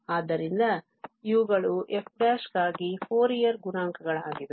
ಆದ್ದರಿಂದ ಇವುಗಳು f ಗಾಗಿ ಫೋರಿಯರ್ ಗುಣಾಂಕಗಳಾಗಿವೆ